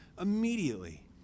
immediately